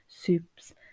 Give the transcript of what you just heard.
soups